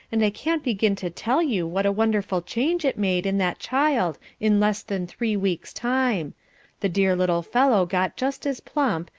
and i can't begin to tell you what a wonderful change it made in that child in less than three weeks' time the dear little fellow got just as plump,